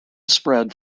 spread